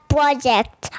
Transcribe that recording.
Project